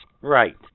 Right